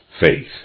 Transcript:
faith